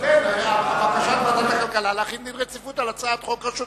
על בקשת ועדת הכלכלה להחיל דין רציפות על הצעת חוק רשות